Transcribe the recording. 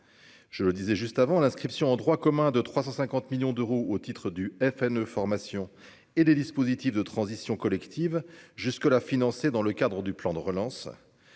je le disais juste avant l'inscription en droit commun de 350 millions d'euros au titre du FNE, formation et des dispositifs de transition collective jusque-là financées dans le cadre du plan de relance